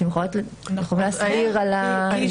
אתן יכולות להעיר על ההבדל?